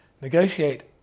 negotiate